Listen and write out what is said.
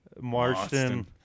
marston